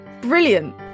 brilliant